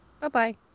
Bye-bye